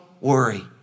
worry